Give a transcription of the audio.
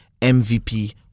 MVP